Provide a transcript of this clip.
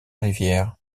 rivière